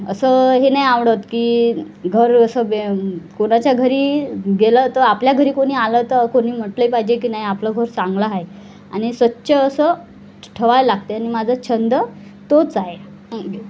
असं हे नाही आवडत की घर असं बे कोणाच्या घरी गेलं तर आपल्या घरी कोणी आलं तर कोणी म्हटले पाहिजे की नाही आपलं घर चांगला आहे आणि स्वच्छ असं ठेवावं लागते आणि माझा छंद तोच आहे थँक्यू